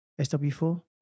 SW4